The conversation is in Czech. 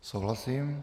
Souhlasím.